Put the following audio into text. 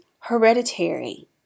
hereditary